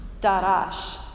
darash